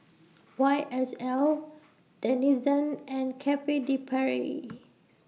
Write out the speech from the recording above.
Y S L Denizen and Cafe De Paris